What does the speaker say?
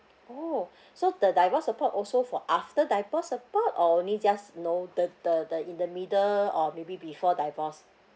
oh so the divorce support also for after divorce support or only just you know the the the in the middle or maybe before divorce